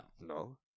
No